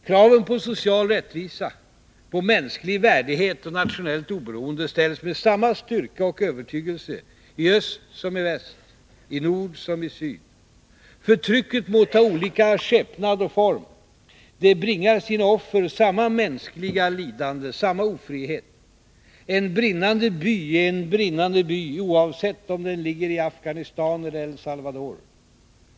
Kraven på social rättvisa, på mänsklig värdighet och nationellt oberoende ställs med samma styrka och övertygelse i öst som i väst, i nord som i syd. Förtrycket må ta olika skepnad och form. Det bringar sina offer samma mänskliga lidande, samma ofrihet. En brinnande by är en brinnande by oavsett om den ligger i Afghanistan eller El Salvador.